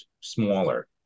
smaller